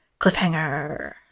Cliffhanger